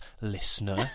listener